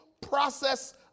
process